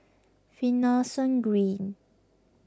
Finlayson Green